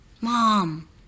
Mom